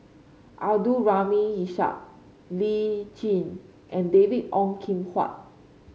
Abdul Rahim Ishak Lee Tjin and David Ong Kim Huat